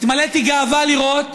התמלאתי גאווה לראות